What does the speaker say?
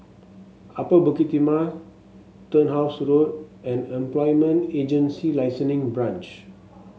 Upper Bukit Timah Turnhouse Road and Employment Agency Licensing Branch